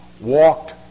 walked